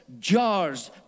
jars